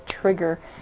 trigger